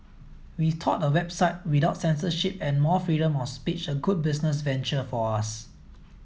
we thought a website without censorship and more freedom of speech a good business venture for us